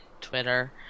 Twitter